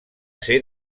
ser